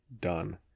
done